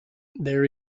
there